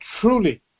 truly